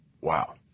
Wow